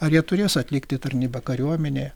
ar jie turės atlikti tarnybą kariuomenėje